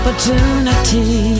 Opportunity